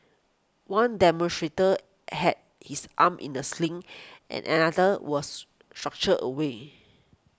one demonstrator had his arm in the sling and another was structure away